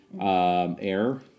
air